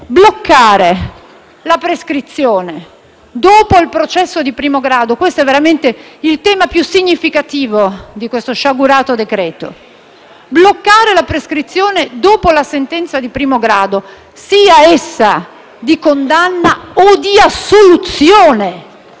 bloccare la prescrizione dopo il processo di primo grado? Questo è veramente il tema più significativo di questo sciagurato disegno di legge. Bloccare la prescrizione dopo la sentenza di primo grado, sia essa di condanna o di assoluzione,